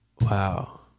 Wow